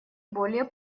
более